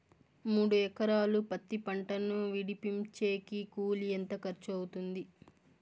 మూడు ఎకరాలు పత్తి పంటను విడిపించేకి కూలి ఎంత ఖర్చు అవుతుంది?